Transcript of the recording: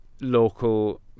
local